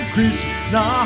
Krishna